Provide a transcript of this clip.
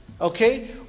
Okay